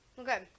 okay